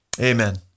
Amen